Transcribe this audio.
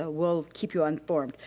ah we'll keep you all informed.